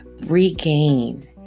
regain